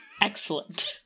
Excellent